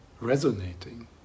resonating